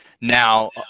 now